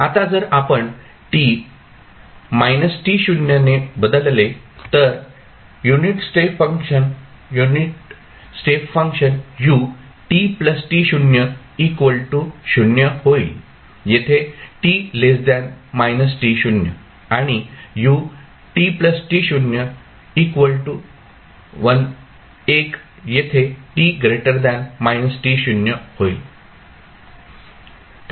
आता जर आपण t ने बदलले तर युनिट स्टेप फंक्शन होईल येथे आणि येथे होईल